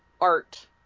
art